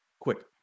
quick